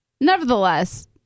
Nevertheless